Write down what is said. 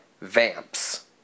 vamps